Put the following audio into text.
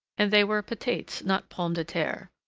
and they were patates, not pommes de terre.